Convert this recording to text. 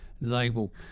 label